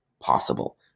possible